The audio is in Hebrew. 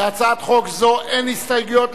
להצעת חוק זו אין הסתייגויות.